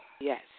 Yes